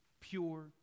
pure